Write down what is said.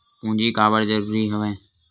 पूंजी काबर जरूरी हवय?